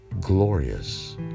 glorious